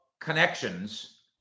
connections